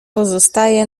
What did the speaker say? pozostaje